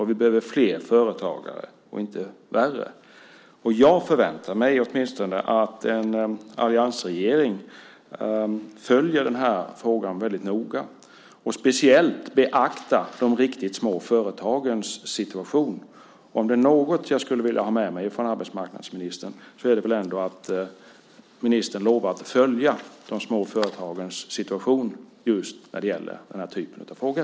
Vi behöver flera företagare, inte färre. Jag förväntar mig att en alliansregering följer denna fråga väldigt noga och beaktar de riktigt små företagens situation. Om det är något jag skulle vilja ha med mig från arbetsmarknadsministern vore det väl att ministern lovade att följa de små företagens situation just när det gäller den här typen av frågor.